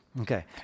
Okay